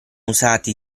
usati